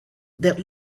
that